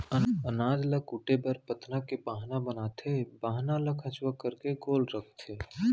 अनाज ल कूटे बर पथना के बाहना बनाथे, बाहना ल खंचवा करके गोल रखथें